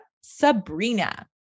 Sabrina